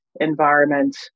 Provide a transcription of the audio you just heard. environment